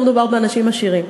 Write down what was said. לא מדובר באנשים עשירים,